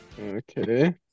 Okay